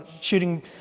shooting